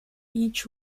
each